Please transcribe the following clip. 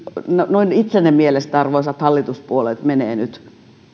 noin itsenne mielestä arvoisat hallituspuolueet menee nyt